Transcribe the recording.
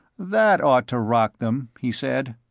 that ought to rock them, he said.